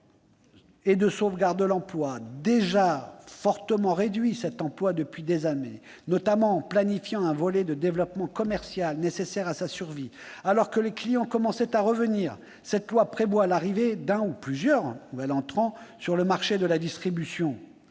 et de sauvegarde de l'emploi, déjà fortement réduit ces dernières années, notamment en planifiant un volet de développement commercial nécessaire à sa survie, alors que les clients commencent à revenir, cette loi prévoit l'arrivée d'un nouvel entrant- ou de plusieurs -sur le marché de la distribution